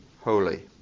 holy